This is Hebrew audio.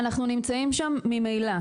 אנחנו נמצאים שם ממילא.